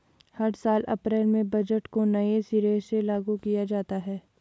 हर साल अप्रैल में बजट को नये सिरे से लागू किया जाता है